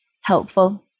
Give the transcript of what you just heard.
helpful